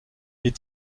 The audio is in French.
les